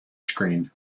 screen